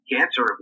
Cancer